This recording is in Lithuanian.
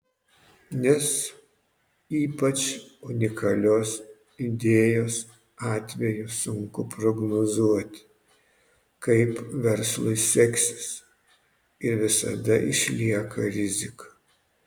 nes ypač unikalios idėjos atveju sunku prognozuoti kaip verslui seksis ir visada išlieka rizika